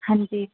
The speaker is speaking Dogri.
हां जी